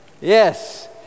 Yes